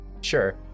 Sure